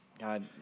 God